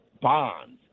bonds